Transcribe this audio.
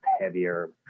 heavier